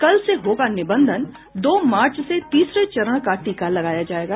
कल से होगा निबंधन दो मार्च से तीसरे चरण का टीका लगाया जायेगा